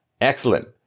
Excellent